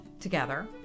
together